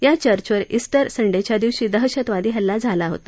या चर्च वर इस्टर संडेच्या दिवशी दहशतवादी हल्ला झाला होता